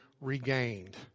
regained